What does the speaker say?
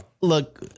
Look